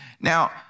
Now